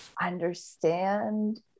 understand